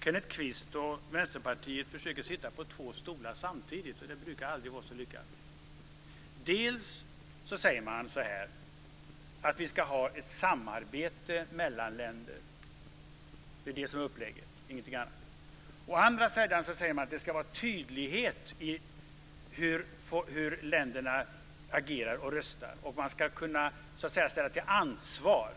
Kenneth Kvist och Vänsterpartiet försöker sitta på två stolar samtidigt, och det brukar aldrig vara så lyckat. Å ena sidan säger man att vi ska ha ett samarbete mellan länder. Det är det som är upplägget, och ingenting annat. Å andra sidan säger man att det ska finnas tydlighet i hur länderna agerar och röstar och att man ska kunna ställas till ansvar.